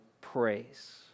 praise